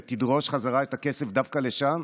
ותדרוש בחזרה את הכסף דווקא לשם.